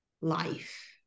life